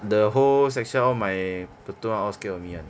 the whole section all my platoon all scared of me [one]